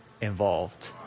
involved